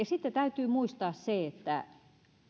sitten täytyy muistaa se että